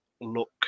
look